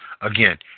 again